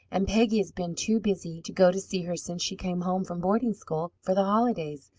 and peggy has been too busy to go to see her since she came home from boarding-school for the holidays.